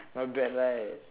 not bad right